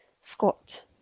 squat